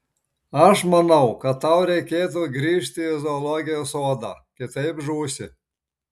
aš manau kad tau reikėtų grįžti į zoologijos sodą kitaip žūsi